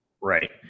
Right